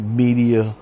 media